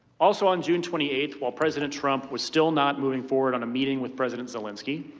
also, on june twenty eight will president trump was still not moving forward on a meeting with president zelensky,